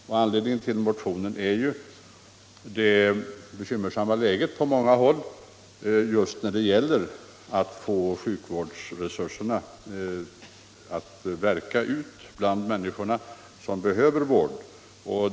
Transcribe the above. Orsaken till motionen är ju det på många håll bekymmersamma läget när det gäller att få sjukvårdsresurserna att verka bland de människor som behöver vård.